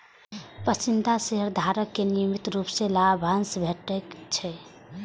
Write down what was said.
पसंदीदा शेयरधारक कें नियमित रूप सं लाभांश भेटैत छैक